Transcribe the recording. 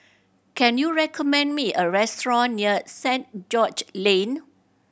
can you recommend me a restaurant near Saint George Lane